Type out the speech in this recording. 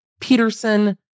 Peterson